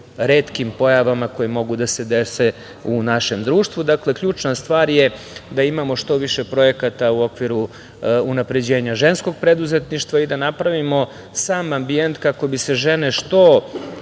retkim pojavama koje mogu da se dese u našem društvu. Dakle, ključna stvar je da imamo što više projekata u okviru unapređenja ženskog preduzetništva i da napravimo sam ambijent kako bismo bi se žene brže